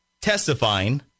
testifying